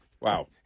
Wow